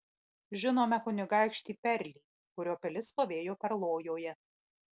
žinome kunigaikštį perlį kurio pilis stovėjo perlojoje